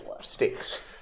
sticks